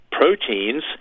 proteins